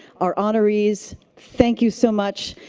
our honorees. thank you so much.